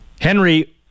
Henry